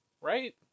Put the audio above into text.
right